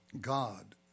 God